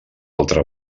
altra